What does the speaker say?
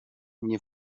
nie